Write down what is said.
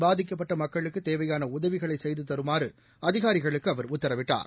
பாதிக்கப்பட்டமக்களுக்குத் தேவையானஉதவிகளைசெய்துதருமாறுஅதிகாரிகளுக்குஅவர் உத்தரவிட்டார்